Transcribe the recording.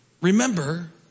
remember